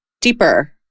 deeper